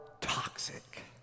toxic